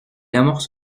amorce